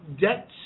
debt